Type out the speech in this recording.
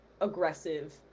aggressive